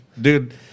dude